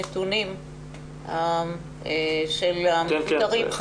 הנתונים של המפוטרים,